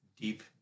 deep